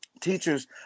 Teachers